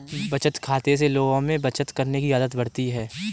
बचत खाते से लोगों में बचत करने की आदत बढ़ती है